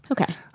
Okay